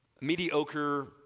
mediocre